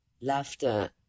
laughter